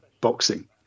boxing